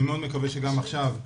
אני מאוד מקווה שגם עכשיו.